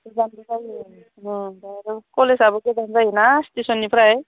गोजानबो जायो ओम कलेजआबो गोजान जायोना स्टेसननिफ्राय